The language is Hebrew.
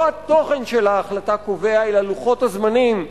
לא התוכן של ההחלטה קובע אלא לוחות הזמנים,